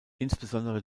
insbesondere